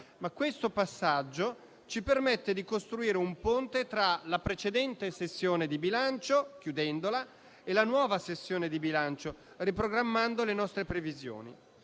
questo passaggio ci permette di costruire un ponte tra la precedente sessione di bilancio, chiudendola, e la nuova sessione di bilancio, riprogrammando le nostre previsioni.